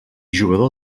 jugador